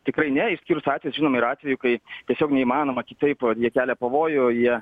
tikrai ne išskyrus atvejus žinoma yra atvejų kai tiesiog neįmanoma kitaip jie kelia pavojų jie